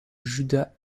judas